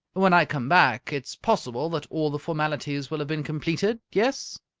when i come back, it's possible that all the formalities will have been completed, yes?